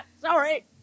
Sorry